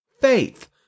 faith